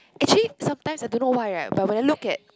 actually some times I don't know why right but when I look at